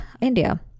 India